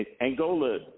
Angola